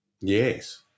Yes